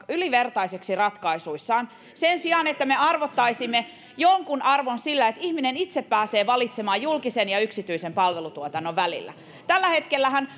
ylivertaiseksi ratkaisuissaan sen sijaan että me arvottaisimme jonkun arvon sille että ihminen itse pääsee valitsemaan julkisen ja yksityisen palvelutuotannon välillä tällä hetkellähän